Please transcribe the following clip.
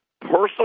personal